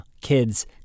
kids